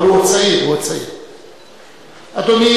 אבל הוא עוד צעיר, עוד צעיר.